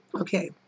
Okay